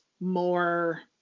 more